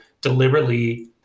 deliberately